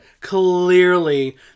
Clearly